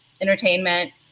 entertainment